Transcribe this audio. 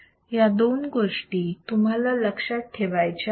या दोन गोष्टी तुम्हाला लक्षात ठेवायच्या आहेत